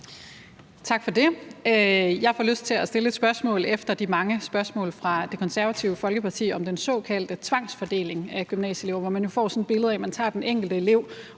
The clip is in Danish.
Tak for det. Jeg får lyst til at stille et spørgsmål efter de mange spørgsmål fra Det Konservative Folkeparti om den såkaldte tvangsfordeling af gymnasieelever, hvor man jo får sådan et billede af, at man tager den enkelte elev